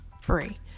free